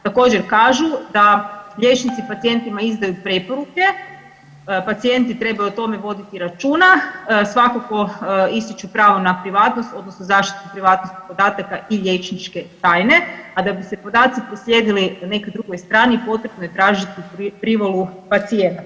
Također kažu da liječnici pacijentima izdaju preporuke, pacijenti trebaju o tome voditi računa, svakako ističu pravo na privatnost odnosno zaštitu privatnosti podataka i liječničke tajne, a da bi se podaci proslijedili nekoj drugoj strani potrebno je tražiti privolu pacijenata.